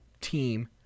team